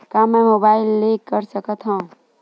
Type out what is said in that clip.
का मै मोबाइल ले कर सकत हव?